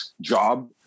job